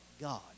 God